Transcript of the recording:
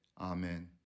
Amen